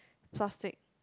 plastic